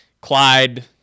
Clyde